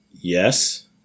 Yes